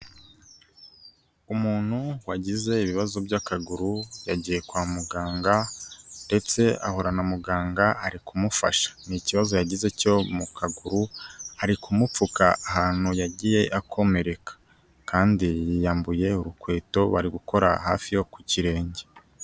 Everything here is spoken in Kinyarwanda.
Umuntu wagize ibibazo by'akaguru, yagiye kwa muganga ndetse ahura na muganga ari kumufasha, ni ikibazo yagize cyo mu kaguru, ari kumupfuka ahantu yagiye akomereka, kandi yiyambuye urukweto bari gukora hafi yo ku kirenge.